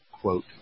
quote